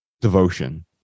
devotion